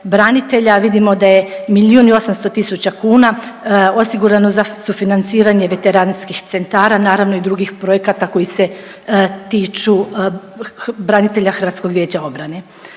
branitelja vidimo da je milijun i 800 tisuća kuna osigurano za sufinanciranje veteranskih centara, naravno i drugih projekata koji se tiču branitelja HVO-a.